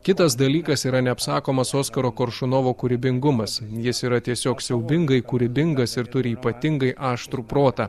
kitas dalykas yra neapsakomas oskaro koršunovo kūrybingumas jis yra tiesiog siaubingai kūrybingas ir turi ypatingai aštrų protą